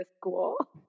School